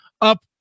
up